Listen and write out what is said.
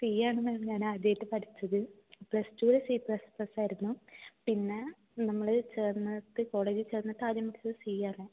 C ആണ് ma'am ഞാനാദ്യമായിട്ട് പഠിച്ചത് പ്ലസ്ടുവിൽ സി പ്ലസ്പ്ലസ് ആയിരുന്നു പിന്നേ നമ്മൾ ചേർന്നിട്ട് കോളേജിൽ ചേർന്നിട്ട് ആദ്യം പഠിച്ചത് സി ആണ്